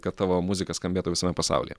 kad tavo muzika skambėtų visame pasaulyje